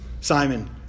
Simon